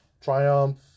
Triumph